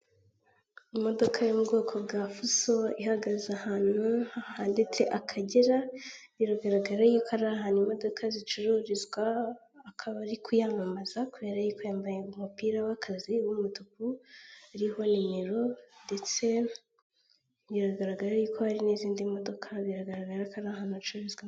Imodoka yo mu bwoko bwa fuso ihagaze ahantu handitse akagera, biragaragara yuko ari ahantu imodoka zicururizwa akaba ari kuyamamaza kubera yuko yambaye umupira w'akazi w'umutuku riho numero ndetse biragaragara yuko hari n'izindi modoka, biragaragara ko ari ahantu hacururizwa.